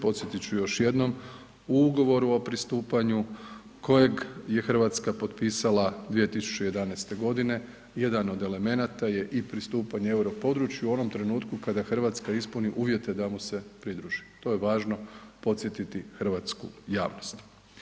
Podsjetit ću još jednom u ugovoru o pristupanju kojeg je Hrvatska potpisala 2011. godine jedan od elementa je i pristupanje euro području u onom trenutku kada Hrvatska ispuni uvjeti da mu se pridruži, to je važno podsjetiti hrvatsku javnost.